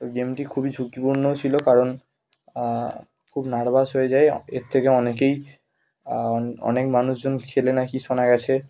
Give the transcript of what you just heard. তো গেমটি খুবই ঝুঁকিপূর্ণও ছিল কারণ খুব নার্ভাস হয়ে যাই এর থেকে অনেকেই অনেক মানুষজন খেলে না কি শোনা গেছে